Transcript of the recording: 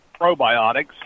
probiotics